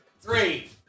Three